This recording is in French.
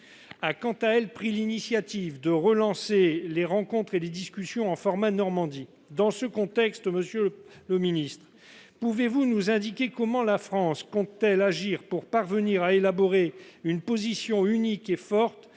a, quant à elle, pris l'initiative de relancer les rencontres et les discussions dans le format Normandie. Dans ce contexte, monsieur le ministre, comment la France compte-t-elle agir pour élaborer une position unique et forte